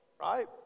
Right